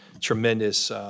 tremendous